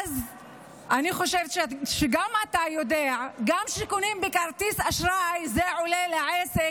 אז אני חושבת שגם אתה יודע שגם כשקונים בכרטיס אשראי זה עולה לעסק,